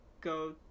go